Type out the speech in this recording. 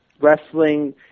Wrestling